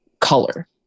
color